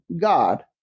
God